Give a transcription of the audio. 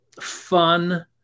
fun